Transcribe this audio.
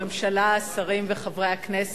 תודה רבה לך, ראש הממשלה, שרים וחברי הכנסת,